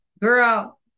Girl